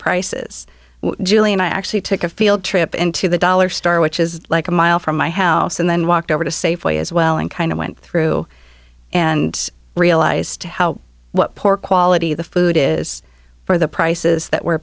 prices julie and i actually took a field trip into the dollar store which is like a mile from my house and then walked over to safeway as well and kind of went through and realized how what poor quality the food is for the prices that we're